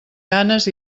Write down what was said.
ganes